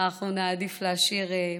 אנחנו נעדיף להשאיר בחוץ.